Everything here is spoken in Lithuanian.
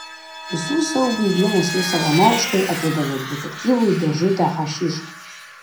visų siaubui vienas jų savanoriškai atidavė detektyvui dėžutę hašišo